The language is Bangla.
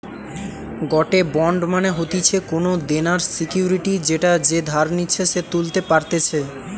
গটে বন্ড মানে হতিছে কোনো দেনার সিকুইরিটি যেটা যে ধার নিচ্ছে সে তুলতে পারতেছে